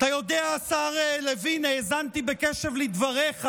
השר לוין, האזנתי בקשב לדבריך.